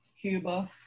Cuba